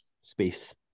space